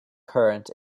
current